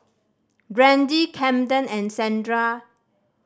Brandi Kamden and Sandra